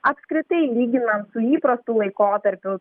apskritai lyginant su įprastu laikotarpiu